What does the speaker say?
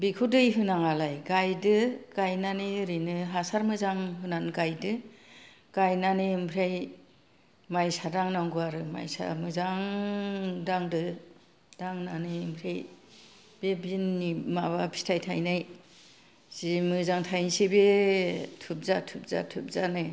बेखौ दै होनाङालाय गायदो गायनानै ओरैनो हासार मोजां होनानै गायदो गायनानै ओमफ्राय मायसा दांनांगौ आरो मायसा मोजां दांदो दांनानै ओमफ्राय बे बिननि माबा फिथाय थायनाय जि मोजां थायनोसै बे थुबजा थुबजा थुबजानो